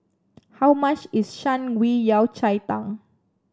how much is Shan Rui Yao Cai Tang